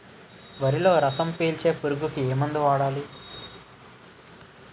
వరిలో రసం పీల్చే పురుగుకి ఏ మందు వాడాలి?